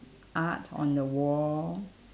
art on the wall